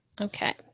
Okay